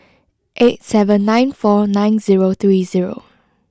eight seven nine four nine zero three zero